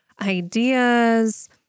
ideas